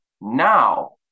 now